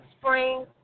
spring